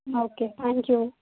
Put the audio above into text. okay thank you